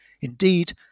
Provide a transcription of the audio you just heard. Indeed